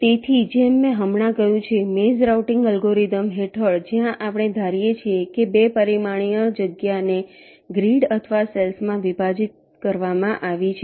તેથી જેમ મેં હમણાં કહ્યું છે મેઝ રાઉટીંગ અલ્ગોરિધમ હેઠળ જ્યાં આપણે ધારીએ છીએ કે 2 પરિમાણીય જગ્યાને ગ્રીડ અથવા સેલ્સ માં વિભાજિત કરવામાં આવી છે